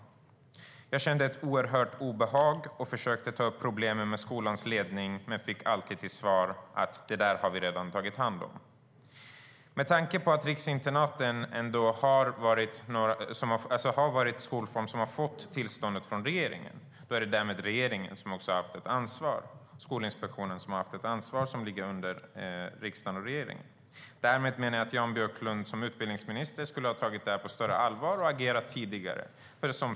Flickan kände ett oerhört obehag och försökte ta upp problemen med skolans ledning, men hon fick alltid till svar att det redan hade tagits om hand. Med tanke på att riksinternaten har varit en skolform som har fått tillståndet från regeringen är det därmed Skolinspektionen, som ligger under riksdagen och regeringen, som haft ett ansvar. Därmed menar jag att Jan Björklund när han var utbildningsminister skulle ha tagit frågan på större allvar och agerat tidigare.